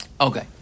Okay